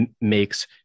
makes